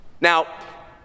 Now